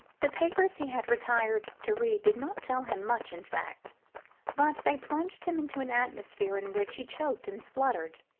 the papers he had retired to read did not tell him much in fact but they plunged him into an atmosphere in which he choked and spluttered.